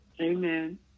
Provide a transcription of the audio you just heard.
Amen